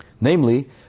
namely